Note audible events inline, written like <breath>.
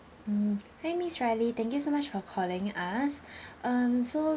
mm hi miss riley thank you so much for calling us <breath> um so